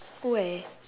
where